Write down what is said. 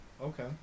okay